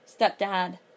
stepdad